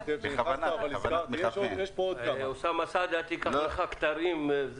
חבר הכנסת אוסאמה סעדי, אל תיקח לך כתרים.